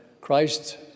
Christ